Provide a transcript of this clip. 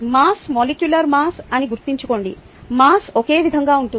మాస్మాలిక్యులార్ mass అని గుర్తుంచుకోండి mass ఒకే విధంగా ఉంటుంది